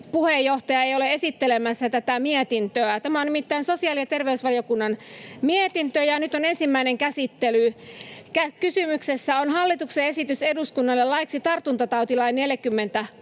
puheenjohtaja ei ole täällä esittelemässä tätä mietintöä. Tämä on nimittäin sosiaali- ja terveysvaliokunnan mietintö, ja nyt on ensimmäinen käsittely. Kysymyksessä on hallituksen esitys eduskunnalle laiksi tartuntatautilain 40